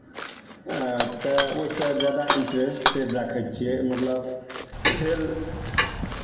तऽ ओहिसँ जादा इंटरेस्टेड राखै छियै मतलब खेल